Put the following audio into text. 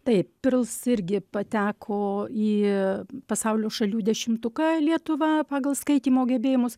taip pirls irgi pateko į pasaulio šalių dešimtuką lietuva pagal skaitymo gebėjimus